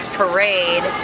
parade